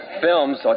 films